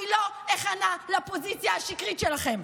אני לא איכנע לפוזיציה השקרית שלכם.